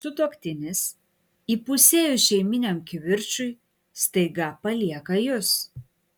sutuoktinis įpusėjus šeiminiam kivirčui staiga palieka jus